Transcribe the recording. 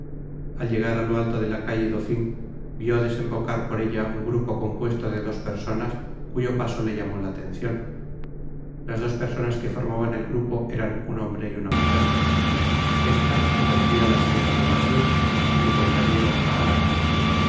al llegar á lo alto de la calle dauphine vió desembocar por ella un grupo compuesto de dos personas cuyo paso le llamó la atencion las dos personas que formaban el grupo eran un hombre y una mujer esta se parecia á la senora bonacieux y su compañero á aramis